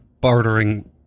bartering